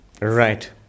Right